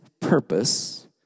purpose